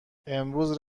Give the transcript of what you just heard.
امروز